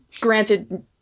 granted